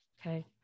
Okay